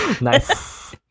Nice